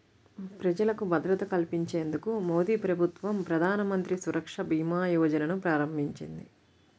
ప్రజలకు భద్రత కల్పించేందుకు మోదీప్రభుత్వం ప్రధానమంత్రి సురక్షభీమాయోజనను ప్రారంభించింది